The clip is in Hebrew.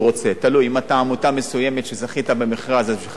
אם אתה עמותה מסוימת וזכית במכרז אז בשבילך ביטחון תזונתי